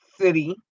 City